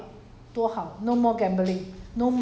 then in the end 就是现在连 TOTO 都戒掉